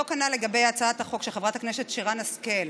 אותו כנ"ל לגבי הצעת החוק של חברת הכנסת שרן השכל,